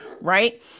right